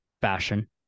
fashion